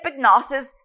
epignosis